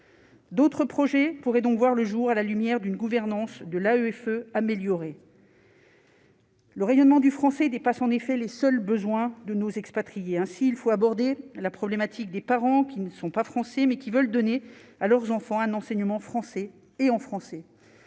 D'autres projets pourraient donc voir le jour à la lumière d'une gouvernance de l'AFE améliorée. Le rayonnement du français dépasse en effet les seuls besoins de nos expatriés ainsi il faut aborder la problématique des parents qui ne sont pas français mais qui veulent donner à leurs enfants un enseignement en français et en français.